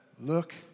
Look